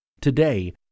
Today